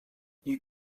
you